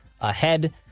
ahead